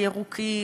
הירוקים,